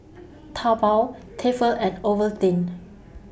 Taobao Tefal and Ovaltine